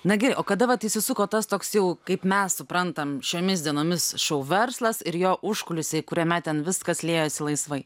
nagi o kada vat įsisuko tas toks jau kaip mes suprantam šiomis dienomis šou verslas ir jo užkulisiai kuriame ten viskas liejosi laisvai